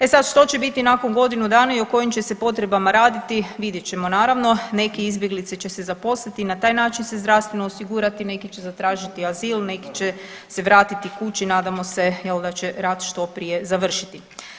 E sad što će biti nakon godinu dana i o kojim će se potrebama raditi vidjet ćemo naravno, neki izbjeglice će se zaposliti i na taj način se zdravstveno osigurati, neki će zatražiti azil, neki će se vratiti kući, nadamo se jel da će rat što prije završiti.